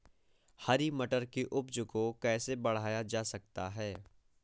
हरी मटर की उपज को कैसे बढ़ाया जा सकता है?